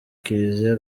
kiliziya